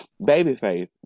Babyface